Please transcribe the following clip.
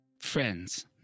friends